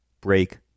break